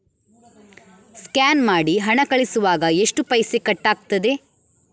Scan ಮಾಡಿ ಹಣ ಕಳಿಸುವಾಗ ಎಷ್ಟು ಪೈಸೆ ಕಟ್ಟಾಗ್ತದೆ?